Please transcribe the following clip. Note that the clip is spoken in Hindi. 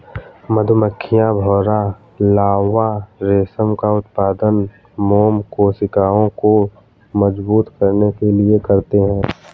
मधुमक्खियां, भौंरा लार्वा रेशम का उत्पादन मोम कोशिकाओं को मजबूत करने के लिए करते हैं